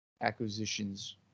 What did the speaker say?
acquisitions